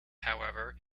however